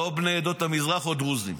הם או בני עדות המזרח או דרוזים.